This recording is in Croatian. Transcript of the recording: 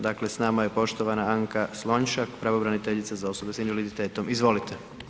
Dakle s nama je poštovana Anka Slonjšak, pravobraniteljica za osobe s invaliditetom, izvolite.